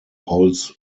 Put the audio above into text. holds